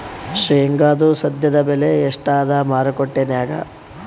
ಶೇಂಗಾದು ಸದ್ಯದಬೆಲೆ ಎಷ್ಟಾದಾ ಮಾರಕೆಟನ್ಯಾಗ?